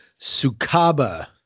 Sukaba